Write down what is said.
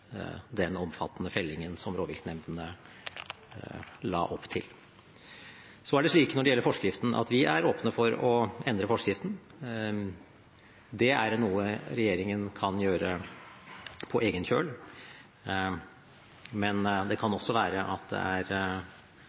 den omfattende fellingen som rovviltnemndene la opp til. Når det gjelder forskriften, er vi er åpne for å endre den. Det er noe regjeringen kan gjøre på egen kjøl, men det kan også være at det er